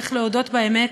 צריך להודות באמת,